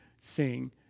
sing